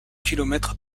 kilomètre